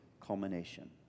culmination